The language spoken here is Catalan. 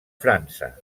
frança